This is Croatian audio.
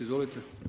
Izvolite.